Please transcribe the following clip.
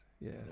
Yes